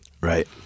Right